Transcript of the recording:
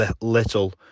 little